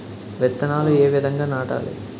విత్తనాలు ఏ విధంగా నాటాలి?